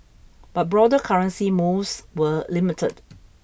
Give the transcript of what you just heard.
but broader currency moves were limited